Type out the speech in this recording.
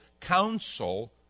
counsel